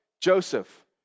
Joseph